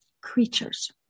creatures